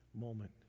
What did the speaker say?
moment